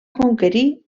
conquerir